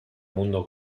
mundo